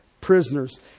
prisoners